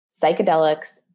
psychedelics